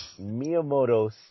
Miyamoto